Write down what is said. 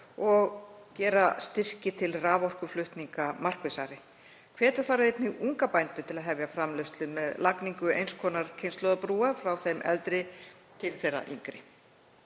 og gera styrki til raforkuflutninga markvissari. Hvetja þarf einnig unga bændur til að hefja framleiðslu með lagningu eins konar kynslóðabrúar frá þeim eldri til þeirra yngri.